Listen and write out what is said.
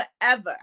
forever